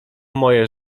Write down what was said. moje